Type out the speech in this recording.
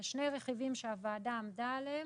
אלה שני רכיבים שהוועדה עמדה עליהם.